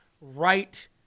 right